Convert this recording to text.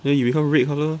then you become red colour